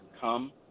Come